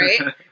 right